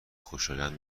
خوشایند